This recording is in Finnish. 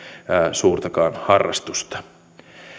suurtakaan harrastusta